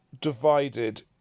divided